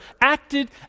acted